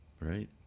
right